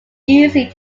easy